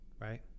Right